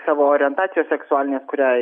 savo orientacijos seksualinės kurią